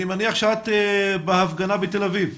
אני מניח שאת בהפגנה בתל אביב.